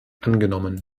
angenommen